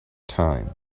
time